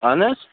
اَہَن حظ